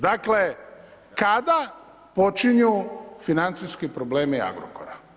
Dakle, kada počinu financijski problemi Agrokora.